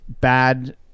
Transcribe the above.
bad –